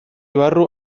barru